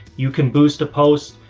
you can boost a post.